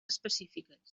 específiques